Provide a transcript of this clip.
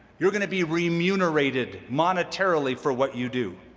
you're going to be remunerated monetarily for what you do.